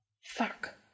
Fuck